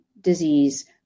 disease